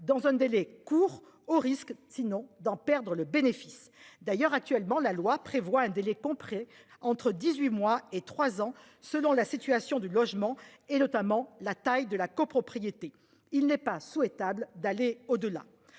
dans un délai court au risque sinon d'en perdre le bénéfice d'ailleurs actuellement, la loi prévoit un délai compris entre 18 mois et 3 ans selon la situation du logement et notamment la taille de la copropriété. Il n'est pas souhaitable d'aller au-delà.